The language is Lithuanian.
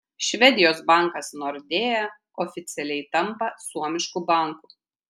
švedijos bankas nordea oficialiai tampa suomišku banku